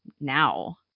now